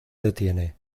detiene